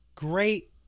great